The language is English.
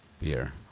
beer